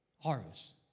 Harvest